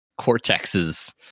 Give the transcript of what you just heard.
cortexes